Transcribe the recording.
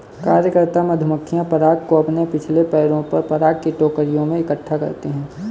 कार्यकर्ता मधुमक्खियां पराग को अपने पिछले पैरों पर पराग की टोकरियों में इकट्ठा करती हैं